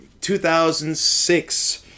2006